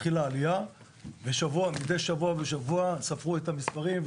החלה עלייה ומשבוע לשבוע ראינו את המספרים.